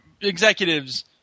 executives